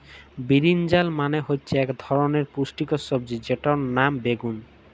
বিরিনজাল মালে হচ্যে ইক ধরলের পুষ্টিকর সবজি যেটর লাম বাগ্যুন